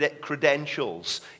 credentials